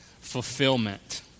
fulfillment